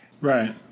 Right